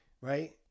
right